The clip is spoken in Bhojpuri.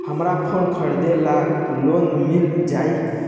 हमरा फोन खरीदे ला लोन मिल जायी?